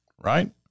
right